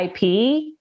IP